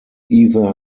either